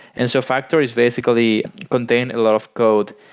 and so factories basically contain a lot of code.